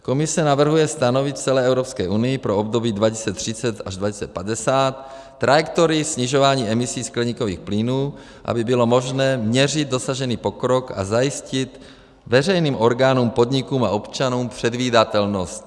Komise navrhuje stanovit v celé Evropské unii pro období 2030 až 2050 trajektorii snižování emisí skleníkových plynů, aby bylo možné měřit dosažený pokrok a zajistit veřejným orgánům, podnikům a občanům předvídatelnost.